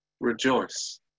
rejoice